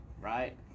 Right